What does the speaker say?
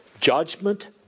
judgment